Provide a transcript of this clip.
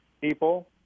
people